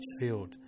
field